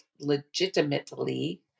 legitimately